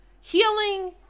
healing